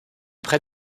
près